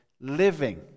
living